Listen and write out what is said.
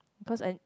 cause I